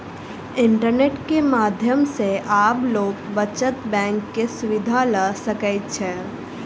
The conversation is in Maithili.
इंटरनेट के माध्यम सॅ आब लोक बचत बैंक के सुविधा ल सकै छै